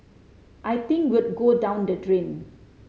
I think we'd go down the drain